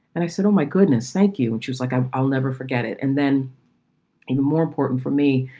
and i said, oh, my goodness. thank you. and she was like, i'll i'll never forget it. and then more important for me,